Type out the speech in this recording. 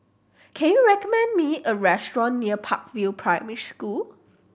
can you recommend me a restaurant near Park View Primary School